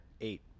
eight